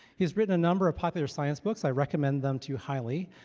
he's written a number of popular science books. i recommend them too highly.